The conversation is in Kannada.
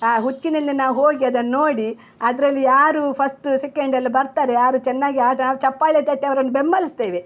ಆ ಹುಚ್ಚಿನಲ್ಲಿ ನಾವು ಹೋಗಿ ಅದನ್ನು ನೋಡಿ ಅದರಲ್ಲಿ ಯಾರು ಫಸ್ಟು ಸೆಕೆಂಡೆಲ್ಲ ಬರ್ತಾರೆ ಯಾರು ಚೆನ್ನಾಗಿ ಆಟ ನಾವು ಚಪ್ಪಾಳೆ ತಟ್ಟಿ ಅವ್ರನ್ನು ಬೆಂಬಲಿಸ್ತೇವೆ